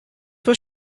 was